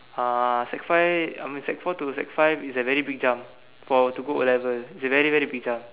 uh sec five I mean sec four to sec five is a very big jump for to go O-level it's a very very big jump